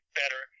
better